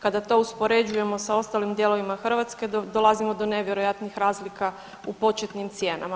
Kada to uspoređujemo sa ostalim dijelovima Hrvatske dolazimo do nevjerojatnih razlika u početnim cijenama.